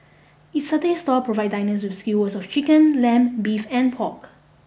its satay stall provide diners with skewer of chicken lamb beef and pork